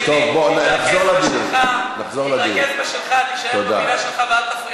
שרק מה שאתה אומר זה דברי טעם?